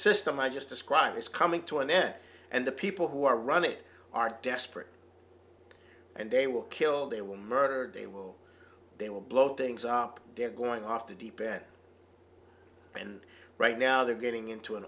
system i just described is coming to an end and the people who are run it are desperate and they were killed they were murdered they will they will blow things up they're going off the deep end and right now they're getting into an